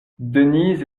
denise